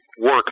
work